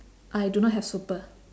I do not have super